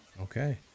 Okay